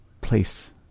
place